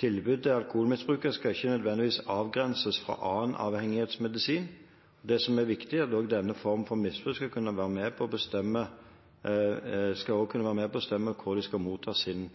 Tilbudet til alkoholmisbrukere skal ikke nødvendigvis avgrenses fra annen avhengighetsmedisin. Det som er viktig, er at også denne formen for misbruk skal kunne være med på å bestemme hvor de skal